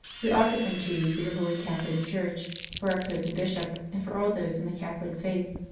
we offer them to you for your holy catholic church, for our pope and bishop and for all those in the catholic faith.